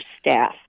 staff